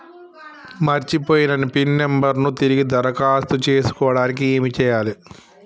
మర్చిపోయిన pin number ను తిరిగి దరఖాస్తు చేసుకోవడానికి ఏమి చేయాలే?